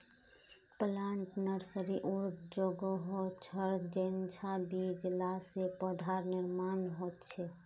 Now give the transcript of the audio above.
plant nursery उर जोगोह छर जेंछां बीज ला से पौधार निर्माण होछे